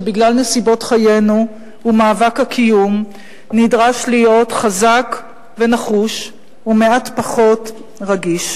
שבגלל נסיבות חיינו ומאבק הקיום נדרש להיות חזק ונחוש ומעט פחות רגיש,